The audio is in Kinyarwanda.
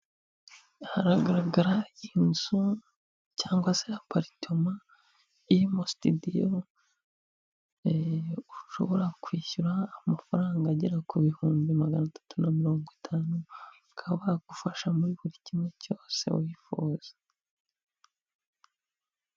Haragaragara inzu cyangwa se apartement irimo studio ushobora kwishyura amafaranga agera ku bihumbi magana atatu na mirongo itanu bakaba bagufasha muri buri kimwe cyose wifuza.